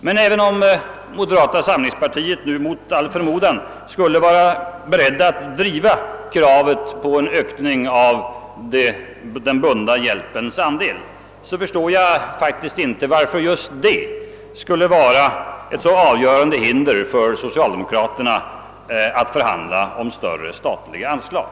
Men även om moderata samlingspartiet mot all förmodan skulle vara berett att driva kravet på en ökning av den bundna hjälpens andel förstår jag faktiskt inte varför just det skulle vara ett avgörande hinder för socialdemokraterna att förhandla om större statliga anslag.